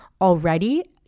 already